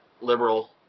liberal